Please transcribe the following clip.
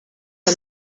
que